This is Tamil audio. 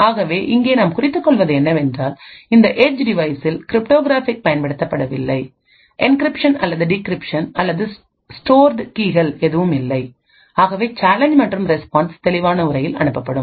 ஆகவே இங்கே நாம் குறித்துக் கொள்வது என்னவென்றால் இந்த ஏட்ஜ் டிவைசில் கிரிப்டோகிராஃபிக் பயன்படுத்தப்படவில்லை என்கிரிப்ஷன் அல்லது டிகிரிப்ஷன் அல்லது ஸ்டோர்டு கீகள் எதுவும் இல்லை ஆகவே சேலஞ்ச் மற்றும் ரெஸ்பான்ஸ் தெளிவான உரையில் அனுப்பப்படும்